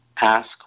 ask